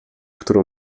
którą